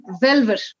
velvet